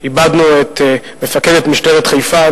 איבדנו את מפקדת משטרת חיפה,